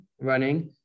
running